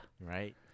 Right